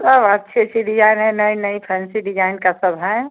सब अच्छी अच्छी डिजाइन है नई नई फैन्सी डिजाइन का सब है